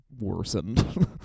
worsened